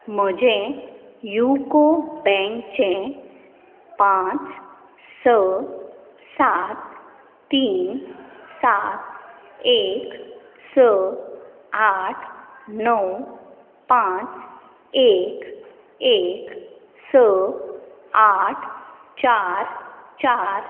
म्हजें युको बँकचें पांच स सात तीन सात एक स आठ णव पांच एक एक स आठ चार चार